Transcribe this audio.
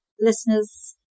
listeners